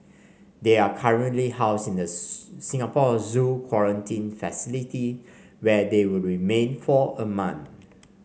they are currently housed in the Singapore Zoo quarantine facility where they will remain for a month